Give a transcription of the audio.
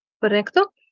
correcto